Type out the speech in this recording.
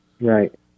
Right